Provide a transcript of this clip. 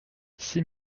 six